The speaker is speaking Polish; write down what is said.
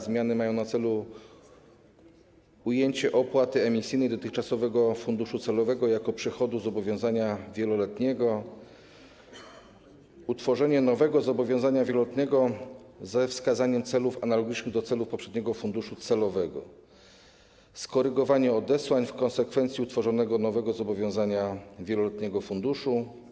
Zmiany te mają na celu ujęcie opłaty emisyjnej dotychczasowego funduszu celowego jako przychodu zobowiązania wieloletniego, utworzenie nowego zobowiązania wieloletniego ze wskazaniem celów analogicznych do celów poprzedniego funduszu celowego, skorygowanie odesłań w konsekwencji utworzonego nowego zobowiązania wieloletniego funduszu.